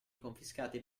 confiscati